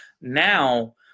Now